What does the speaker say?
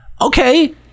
Okay